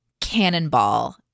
cannonball